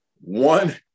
one